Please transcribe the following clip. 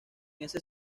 ese